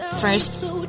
First